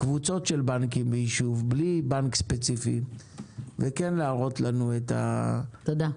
קבוצות של בנקים בישוב בלי בנק ספציפי ולהראות לנו את שווי